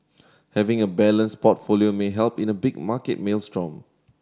having a balanced portfolio may help in a big market maelstrom